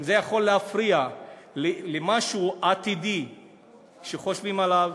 אם זה יכול להפריע למשהו עתידי שחושבים עליו,